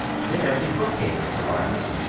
they're the brookhaven survivors.